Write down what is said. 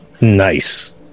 Nice